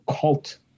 cult